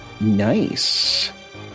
Nice